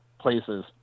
places